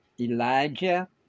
Elijah